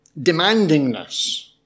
demandingness